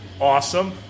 Awesome